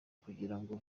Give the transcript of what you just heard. kugirango